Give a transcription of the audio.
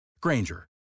Granger